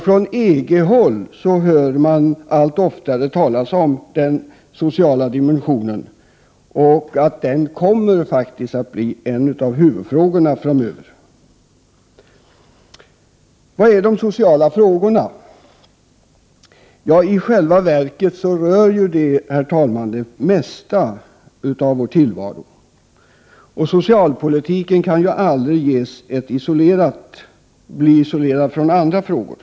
Från EG-håll hör man allt oftare talas om den sociala dimensionen och att den kommer att bli en av huvudfrågorna fram över. Vad innebär de sociala frågorna? I själva verket rör de det mesta av vår tillvaro. Socialpolitiken kan aldrig bli isolerad från andra frågor.